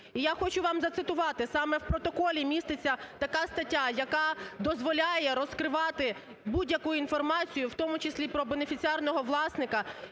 І я хочу вам зацитувати, саме в протоколі міститься така стаття, яка дозволяє розкривати будь-яку інформацію, в тому числі про бенефіціарного власника,